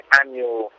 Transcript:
annual